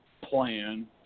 plan